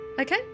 okay